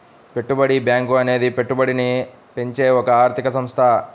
పెట్టుబడి బ్యాంకు అనేది పెట్టుబడిని పెంచే ఒక ఆర్థిక సంస్థ